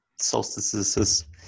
solstices